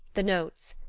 the notes,